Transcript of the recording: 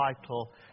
vital